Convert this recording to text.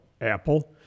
Apple